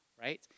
right